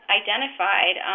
identified